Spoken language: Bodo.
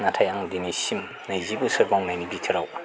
नाथाय आं दिनैसिम नैजि बोसोर मावनायनि भिटोराव